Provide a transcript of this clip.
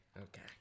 okay